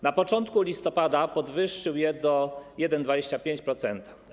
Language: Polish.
Na początku listopada podwyższył je do 1,25%.